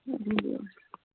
بِہِو